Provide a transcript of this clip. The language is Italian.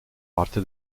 parte